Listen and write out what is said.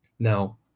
Now